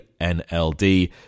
NLD